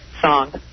song